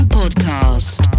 podcast